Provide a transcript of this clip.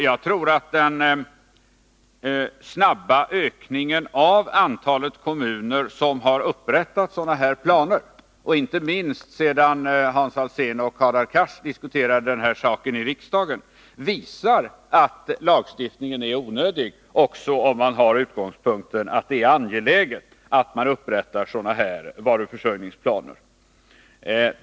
Jag tror att den snabba ökningen av antalet kommuner som har upprättat sådana här planer —- inte minst sedan Hans Alsén och Hadar Cars diskuterade saken i riksdagen — visar att lagstiftning är onödig också om man har utgångspunkten att det är angeläget att det upprättas varuförsörjningsplaner.